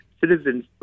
citizens